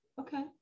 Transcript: Okay